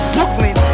Brooklyn